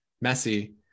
messy